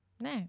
No